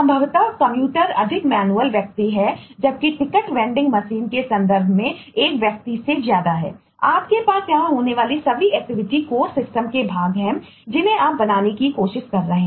संभवतः कम्यूटर क्या भेजता है